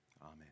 Amen